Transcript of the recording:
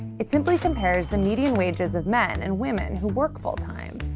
it simply compares the median wages of men and women who work full time.